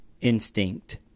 Instinct